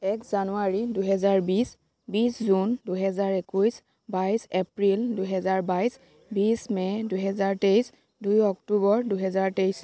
এক জানুৱাৰী দুহেজাৰ বিছ বিছ জুন দুহেজাৰ একৈছ বাইছ এপ্ৰিল দুহেজাৰ বাইছ বিছ মে দুহেজাৰ তেইছ দুই অক্টোবৰ দুহেজাৰ তেইছ